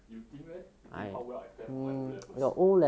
you think leh you think how well I fare for my O levels